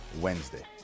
Wednesday